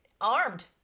armed